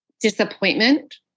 Disappointment